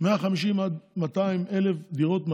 מהר 150,000 עד 200,000 דירות.